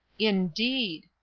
indeed!